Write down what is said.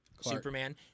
Superman